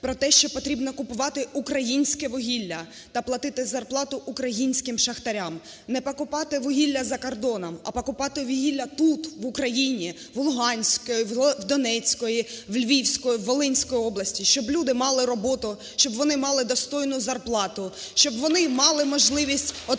про те, що потрібно купувати українське вугілля та платити зарплату українським шахтарям, не покупати вугілля за кордоном, а покупати вугілля тут, в Україні, в Луганської, в Донецької, в Львівської, в Волинської області, щоб люди мали роботу, щоб вони мали достойну зарплату, щоб вони мали можливість отримати